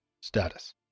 status